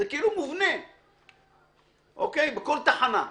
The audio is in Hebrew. זה כאילו מובנה בכל תחנה.